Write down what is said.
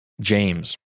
James